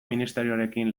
ministerioarekin